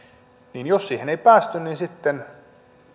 niin jos siihen ei päästy niin sitten